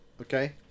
Okay